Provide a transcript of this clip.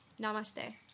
Namaste